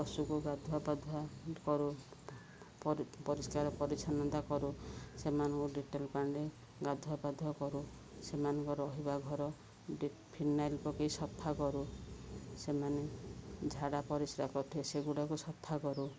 ପଶୁକୁ ଗାଧୁଆ ପାଧୁଆ କରୁ ପରିଷ୍କାର ପରିଚ୍ଛନ୍ନତା କରୁ ସେମାନଙ୍କୁ ଡେଟଲ୍ ପାଣିରେ ଗାଧୁଆ ପାଧୁଆ କରୁ ସେମାନଙ୍କ ରହିବା ଘର ଫିନାଇଲ୍ ପକେଇ ସଫା କରୁ ସେମାନେ ଝାଡ଼ା ପରିସ୍ରା କରିିଥିବେ ସେଗୁଡ଼ାକ ସଫା କରୁ